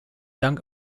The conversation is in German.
dank